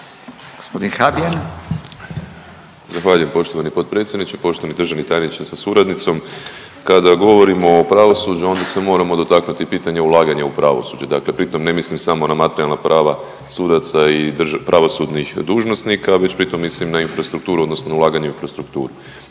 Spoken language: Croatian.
Damir (HDZ)** Zahvaljujem poštovani potpredsjedniče, poštovani državni tajniče sa suradnicom. Kada govorimo o pravosuđu, onda se moramo dotaknuti i pitanja ulaganja u pravosuđe. Dakle, pritom ne mislim samo na materijalna prava sudaca i pravosudnih dužnosnika, već pritom mislim na infrastrukturu odnosno ulaganje u infrastrukturu.